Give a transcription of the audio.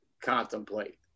contemplate